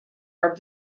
are